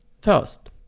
First